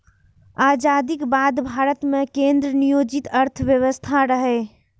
आजादीक बाद भारत मे केंद्र नियोजित अर्थव्यवस्था रहै